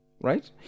Right